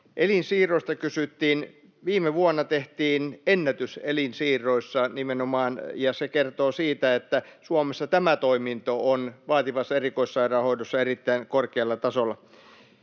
Elinsiirroista kysyttiin. Viime vuonna tehtiin ennätys nimenomaan elinsiirroissa, ja se kertoo siitä, että Suomessa tämä toiminto on vaativassa erikoissairaanhoidossa erittäin korkealla tasolla.